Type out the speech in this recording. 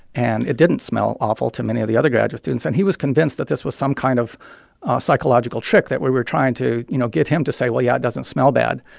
and it didn't smell awful to many of the other graduate students. and he was convinced that this was some kind of psychological trick, that we were trying to, you know, get him to say, well, yeah, it doesn't smell bad,